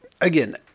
again